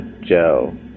Joe